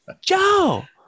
Joe